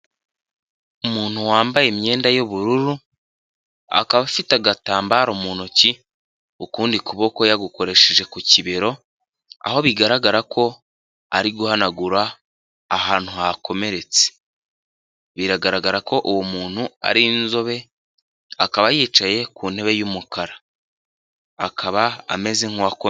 Umuntu wambaye imyenda y'ubururu akaba afite agatambaro mu ntoki ukundi kuboko yagukoresheje ku kibero aho bigaragara ko ari guhanagura ahantu hakomeretse, biragaragara ko uwo muntu ari inzobe akaba yicaye ku ntebe y'umukara akaba ameze nk'uwako.